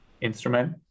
instrument